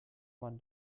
man